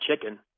chicken